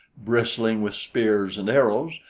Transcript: bristling with spears and arrows,